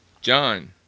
John